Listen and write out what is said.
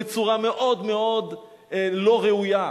בצורה מאוד-מאוד לא ראויה,